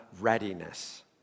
readiness